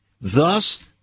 Thus